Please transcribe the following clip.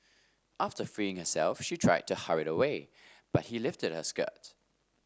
after freeing herself she tried to hurry away but he lifted her skirt